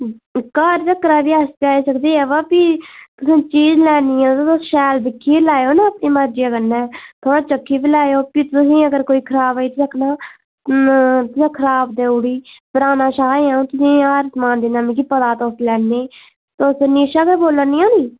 घर तक्कर बी अस पजाई सकदे हे बा भी कोई चीज लैनी होऐ शैल दिक्खियै लैएओ ना अपनी मर्जियै कन्नै थोह्ड़ा चक्खी बी लैओ बी तुसें ई अगर कोई खराब आई भी तुसें आखना खराब देई ओड़ी पराना शाह् ऐ अ'ऊं तुसें ई हर समान दिन्ना मिगी पता तुस लैन्ने तुस निशा गै बोल्लै नियां नी